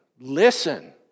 Listen